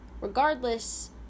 regardless